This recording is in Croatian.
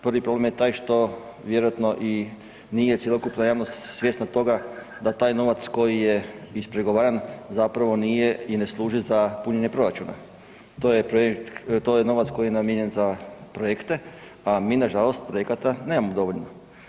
Prvi problem je taj što vjerojatno i nije cjelokupna javnost svjesna toga da taj novac koji je ispregovaran, zapravo nije i ne služi za punjenje proračuna to je projekt, to je novac koji je namijenjen za projekte, a mi nažalost projekata nemamo dovoljno.